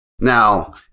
Now